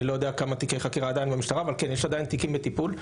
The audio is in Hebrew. אני לא יודע כמה תיקי חקירה עדיין במשטרה אבל כן יש עדיין תיקים בטיפול.